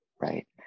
right